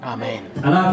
Amen